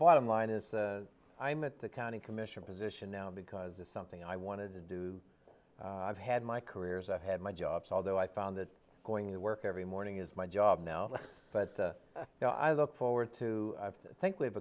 bottom line is i'm at the county commission position now because it's something i wanted to do i've had my careers i've had my jobs although i've found that going to work every morning is my job now but now i look forward to i think we've